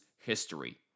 history